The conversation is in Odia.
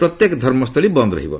ପ୍ରତ୍ୟେକ ଧର୍ମସ୍ଥଳୀ ବନ୍ଦ ରହିବ